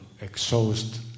exhaust